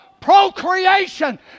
procreation